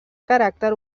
caràcter